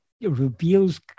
reveals